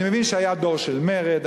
אני מבין שהיה דור של מרד,